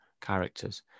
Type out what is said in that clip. characters